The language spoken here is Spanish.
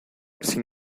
sin